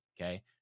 Okay